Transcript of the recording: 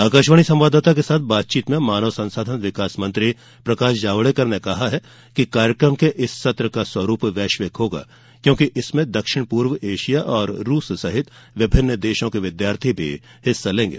आकाशवाणी संवाददाता के साथ बातचीत में मानव संसाधन विकास मंत्री प्रकाश जावड़ेकर ने कहा कि कार्यक्रम के इस सत्र का स्वरूप वैश्विक होगा क्योंकि इसमें दक्षिण पूर्व एशिया और रूस सहित विभिन्न देशों के विद्यार्थी भाग लेंगे